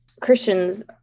Christians